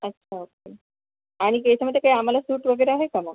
अच्छा ओके आणि काही याच्यामध्ये काही आम्हाला सूट वगैरे आहे का मग